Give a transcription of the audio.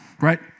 right